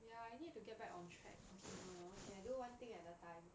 ya you need to get back on track okay no no okay I do one thing at a time